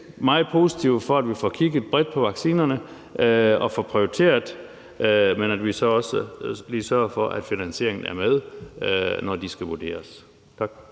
meget positive over for, at vi får kigget bredt på vaccinerne og får prioriteret, men vi skal så også lige sørge for, at finansieringen er med, når de skal vurderes. Tak.